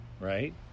right